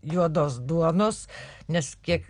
juodos duonos nes kiek